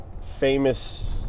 famous